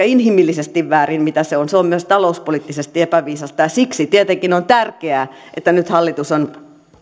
inhimillisesti väärin vaan se on myös talouspoliittisesti epäviisasta ja siksi tietenkin on tärkeää että nyt hallitus on